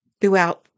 throughout